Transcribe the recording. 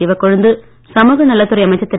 சிவக்கொழுந்து சமூக நலத்துறை அமைச்சர் திரு